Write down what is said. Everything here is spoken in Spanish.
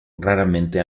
raramente